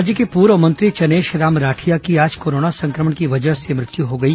राज्य के पूर्व मंत्री चनेशराम राठिया की आज कोरोना संक्रमण की वजह से मृत्यु हो गई